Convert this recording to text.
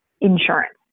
insurance